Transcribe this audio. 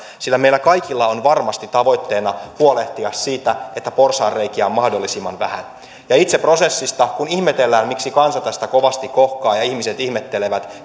sillä meillä kaikilla on varmasti tavoitteena huolehtia siitä että porsaanreikiä on mahdollisimman vähän ja itse prosessista kun ihmetellään miksi kansa tästä kovasti kohkaa ja ihmiset ihmettelevät